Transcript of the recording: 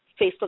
Facebook